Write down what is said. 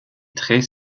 très